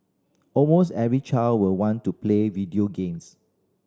almost every child will want to play video games